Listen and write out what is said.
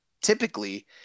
typically